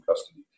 custody